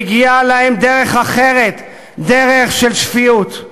מגיעה להם דרך אחרת, דרך של שפיות.